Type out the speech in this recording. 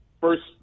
first